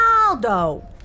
Ronaldo